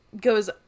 goes